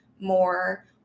more